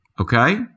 okay